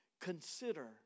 Consider